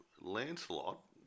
Lancelot